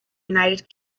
united